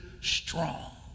strong